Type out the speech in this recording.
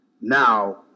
Now